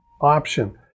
option